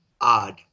odd